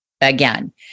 again